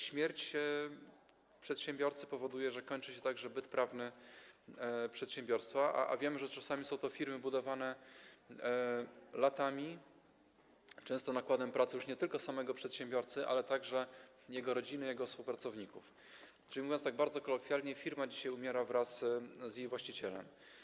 Śmierć przedsiębiorcy powoduje, że kończy się także byt prawny przedsiębiorstwa, a wiemy, że czasami są to firmy budowane latami, często nakładem pracy już nie tylko samego przedsiębiorcy, ale także jego rodziny, jego współpracowników, czyli, mówiąc tak bardzo kolokwialnie, firma dzisiaj umiera wraz z jej właścicielem.